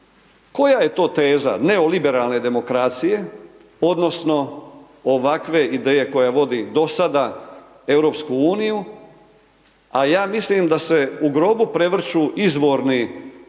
koja je to teza, neoliberalne demokracije, odnosno, ovakve ideje koja vodi do sada EU, a ja mislim da se u grobu prevrću izvorni osnivači